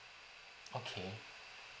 okay